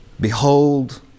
Behold